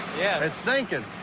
yeah it's sinking.